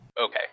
Okay